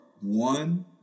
one